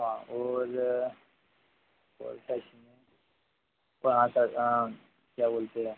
हाँ और क्या बोलते हैं